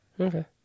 okay